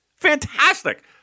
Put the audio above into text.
fantastic